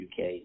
UK